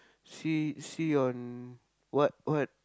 see see on what what